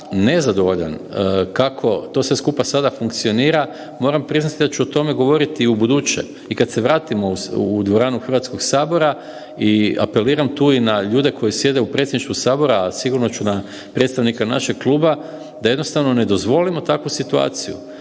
nezadovoljan kako to sve skupa sada funkcionira moram priznati da ću o tome govoriti i ubuduće i kad se vratimo u dvoranu Hrvatskog sabora i apeliram tu i na ljude koji sjede u predsjedništvu sabora, a sigurno ću na predstavnika našeg kluba da jednostavno ne dozvolimo takvu situaciju.